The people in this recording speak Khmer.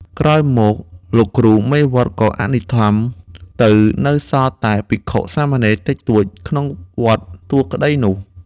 ក្រោយមក លោកគ្រូមេវត្តក៏អនិច្ចធម្មទៅ នៅសល់តែភិក្ខុសាមណេរតិចតួចក្នុងវត្តទួលក្ដីនោះ ។